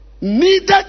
needed